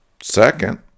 Second